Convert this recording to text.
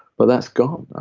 but that's gone.